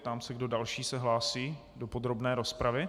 Ptám se, kdo další se hlásí do podrobné rozpravy.